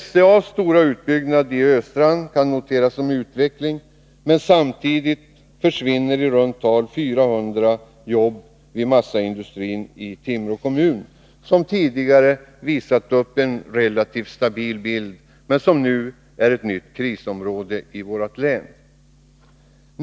SCA:s stora utbyggnad i Östrand kan noteras som utveckling, men samtidigt försvinner i runt tal 400 jobb vid massaindustrin i Timrå kommun, som tidigare visat upp en relativt stabil bild, men som nu är ett nytt krisområde i vårt län.